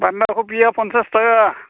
बान्दा खबिआ फनसास थाखा